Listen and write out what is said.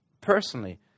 personally